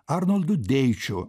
arnoldu deičiu